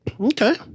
Okay